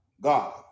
God